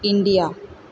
India